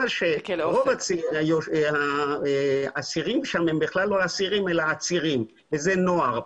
שרוב האסירים שם הם בכלל לא אסירים אלא עצירים ומדובר בנוער,